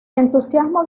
entusiasmo